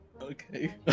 okay